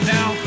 Now